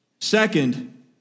Second